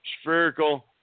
spherical